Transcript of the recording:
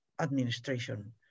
administration